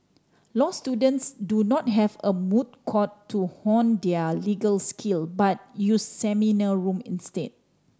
law students do not have a moot court to hone their legal skill but use seminar room instead